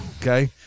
Okay